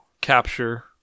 capture